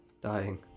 dying